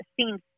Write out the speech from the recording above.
seems